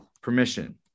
permission